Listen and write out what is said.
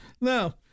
No